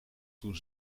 toen